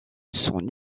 son